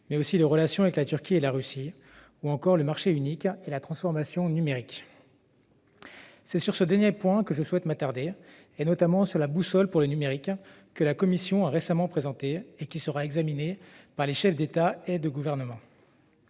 mais aussi les relations avec la Turquie et la Russie, ou encore le marché unique et la transformation numérique. C'est sur ce dernier point que je souhaite m'attarder, et notamment sur la « boussole numérique » que la Commission a récemment présentée, et qui sera examinée par les chefs d'État et de gouvernement.